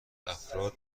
افراد